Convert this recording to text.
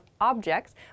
objects